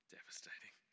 Devastating